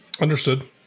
Understood